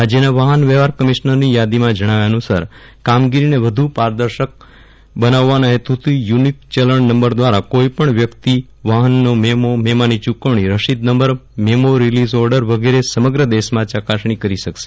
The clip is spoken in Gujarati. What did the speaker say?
રાજ્યના વાહન વ્યવહાર કમિશનરની યાદીમાં જજ્ઞાવ્યા અનુસાર કામગીરીને વ્ધુ પારદર્શક બનોવવાના હેતુથી યુનિક ચલલ નંબર દ્વારા કોઈપલ વ્યક્તિ વાહનનો મેમો મેમાની ચુકવણી રસીદ નંબર મેમો રીલીઝ ઓર્ડર વગેરે સમગ્ર દેશમાં ચકાસણી કરી શકશે